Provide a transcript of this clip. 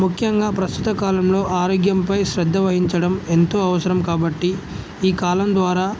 ముఖ్యంగా ప్రస్తుత కాలంలో ఆరోగ్యంపై శ్రద్ధ వహించడం ఎంతో అవసరం కాబట్టి ఈ కాలమ్ ద్వారా